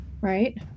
Right